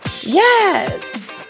Yes